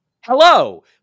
Hello